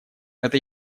это